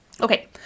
Okay